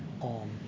on